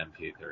MP3